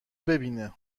ببینه